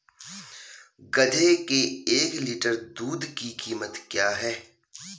गधे के एक लीटर दूध की कीमत क्या है?